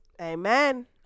Amen